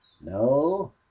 no